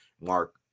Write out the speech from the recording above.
Mark